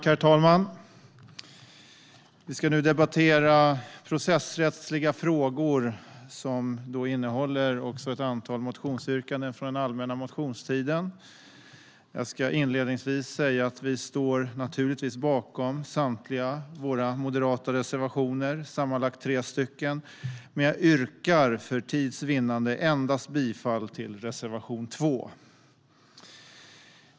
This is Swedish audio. Herr talman! Vi ska nu debattera processrättsliga frågor. Betänkandet innehåller ett antal motionsyrkanden från den allmänna motionstiden. Jag ska inledningsvis säga att vi naturligtvis står bakom samtliga våra moderata reservationer, sammanlagt tre stycken. För tids vinnande yrkar jag dock bifall endast till reservation 2.